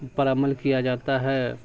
پر عمل کیا جاتا ہے